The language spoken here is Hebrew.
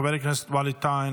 חבר הכנסת ווליד טאהא,